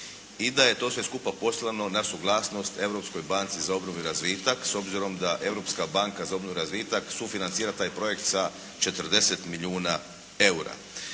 i da je to sve skupa poslano na suglasnost Europskoj banci za obnovu i razvitak s obzirom da Europska banka za obnovu i razvitak sufinancira taj projekt sa 40 milijuna eura.